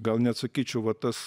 gal net sakyčiau va tas